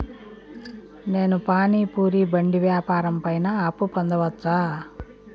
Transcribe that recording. నేను పానీ పూరి బండి వ్యాపారం పైన అప్పు పొందవచ్చా?